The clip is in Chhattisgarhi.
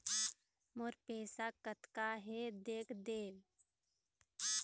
मोर पैसा कतका हे देख देव?